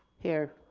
here.